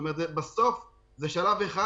זאת אומרת בסוף זה שלב אחד